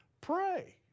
pray